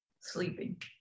Sleeping